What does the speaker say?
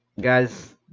Guys